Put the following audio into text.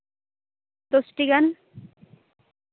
ᱫᱚᱥᱴᱤ ᱜᱟᱱ